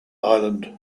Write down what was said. island